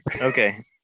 Okay